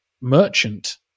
merchant